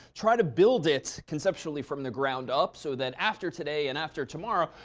try to build it conceptually from the ground up. so that after today and after tomorrow,